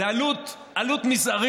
זו עלות זעירה,